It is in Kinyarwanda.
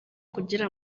kugira